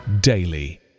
daily